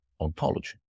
ontology